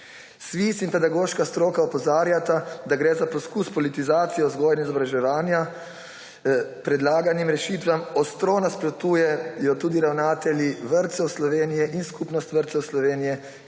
SVIZ in pedagoška stroka opozarjata, da gre za poskus politizacije vzgoje in izobraževanja. Predlaganim rešitvam ostro nasprotujejo tudi ravnatelji vrtcev Slovenije in Skupnost vrtcev Slovenije,